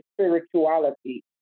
spirituality